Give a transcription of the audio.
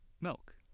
milk